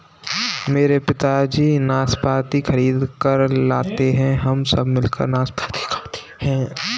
मेरे पिताजी नाशपाती खरीद कर लाते हैं हम सब मिलकर नाशपाती खाते हैं